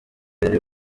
iri